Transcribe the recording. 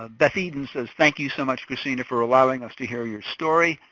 ah beth eden says thank you so much kristina, for allowing us to hear your story.